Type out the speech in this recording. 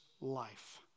life